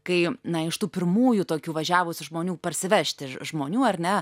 kai na iš tų pirmųjų tokių važiavusių žmonių parsivežti žmonių ar ne